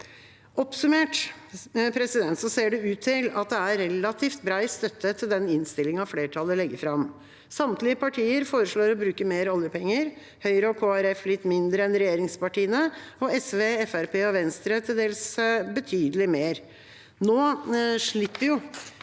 Oppsummert ser det ut til at det er relativt bred støtte til den innstillinga flertallet legger fram. Samtlige partier foreslår å bruke mer oljepenger, Høyre og Kristelig Folkeparti litt mindre enn regjeringspartiene og SV, Fremskrittspartiet og Venstre til dels betydelig mer. Nå slipper jo